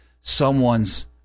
someone's